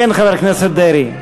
כן, חבר הכנסת דרעי.